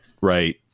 right